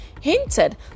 hinted